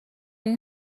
این